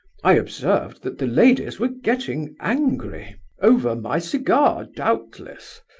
i observed that the ladies were getting angry over my cigar, doubtless.